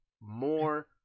more